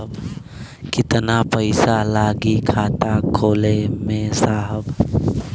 कितना पइसा लागि खाता खोले में साहब?